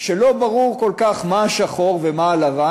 שלא ברור כל כך מה השחור ומה הלבן.